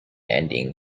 ending